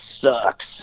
sucks